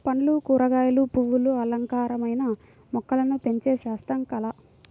పండ్లు, కూరగాయలు, పువ్వులు అలంకారమైన మొక్కలను పెంచే శాస్త్రం, కళ